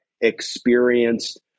experienced